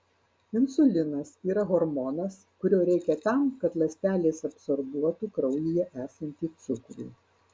insulinas yra hormonas kurio reikia tam kad ląstelės absorbuotų kraujyje esantį cukrų